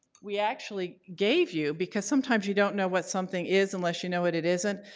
we actually gave you because sometimes you don't know what something is unless you know what it isn't.